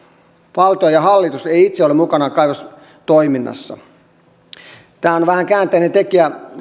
valtio ja hallitus ei itse ole mukana kaivostoiminnassa se on vähän kuin käänteinen tekijä